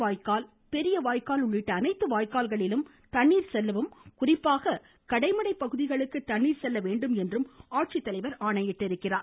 வாய்க்கால் பெரிய வாய்க்கால் கிளை வாய்க்கால்களிலும் தண்ணீர் செல்லவும் குறிப்பாக கடைமடை பகுதிகளுக்கு தண்ணீர் செல்ல வேண்டும் என்றும் ஆட்சித்தலைவர் ஆணையிட்டுள்ளார்